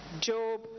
Job